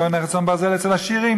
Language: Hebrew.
אינו נכס צאן ברזל אצל עשירים.